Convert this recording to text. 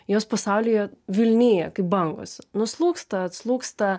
jos pasaulyje vilnija kaip bangos nuslūgsta atslūgsta